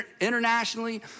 internationally